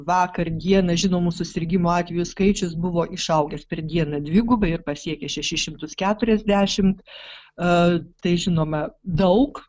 vakar dieną žinomų susirgimo atvejų skaičius buvo išaugęs per dieną dvigubai ir pasiekė šešis šimtus keturiasdešimttai žinoma daug